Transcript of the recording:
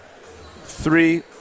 three